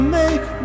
make